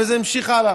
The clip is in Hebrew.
וזה נמשך הלאה,